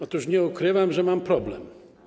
Otóż nie ukrywam, że mam problem.